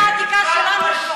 העיר העתיקה שלנו,